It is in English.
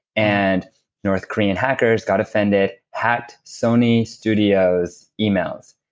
and north korean hackers got offended, hacked sony studios emails.